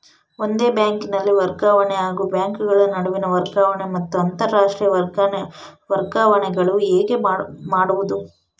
ಒಂದೇ ಬ್ಯಾಂಕಿನಲ್ಲಿ ವರ್ಗಾವಣೆ ಹಾಗೂ ಬ್ಯಾಂಕುಗಳ ನಡುವಿನ ವರ್ಗಾವಣೆ ಮತ್ತು ಅಂತರಾಷ್ಟೇಯ ವರ್ಗಾವಣೆಗಳು ಹೇಗೆ ಮಾಡುವುದು?